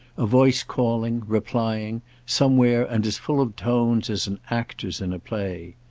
a voice calling, replying, somewhere and as full of tone as an actor's in a play.